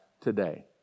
today